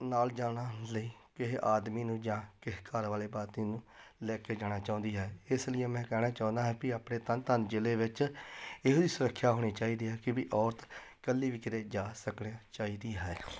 ਨਾਲ ਜਾਣ ਲਈ ਕਿਸੇ ਆਦਮੀ ਨੂੰ ਜਾਂ ਕਿਸੇ ਘਰ ਵਾਲੇ ਨੂੰ ਲੈ ਕੇ ਜਾਣਾ ਚਾਹੁੰਦੀ ਹੈ ਇਸ ਲਈ ਮੈਂ ਕਹਿਣਾ ਚਾਹੁੰਦਾ ਹੈ ਵੀ ਆਪਣੇ ਤਰਨ ਤਾਰਨ ਜ਼ਿਲ੍ਹੇ ਵਿੱਚ ਇਹੀ ਸੁਰੱਖਿਆ ਹੋਣੀ ਚਾਹੀਦੀ ਹੈ ਕਿ ਵੀ ਔਰਤ ਇਕੱਲੀ ਵੀ ਕਿਤੇ ਜਾ ਸਕਣੇ ਚਾਹੀਦੀ ਹੈ